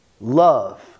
love